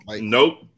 Nope